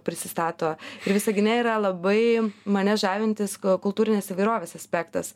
prisistato ir visagine yra labai mane žavintis kultūrinės įvairovės aspektas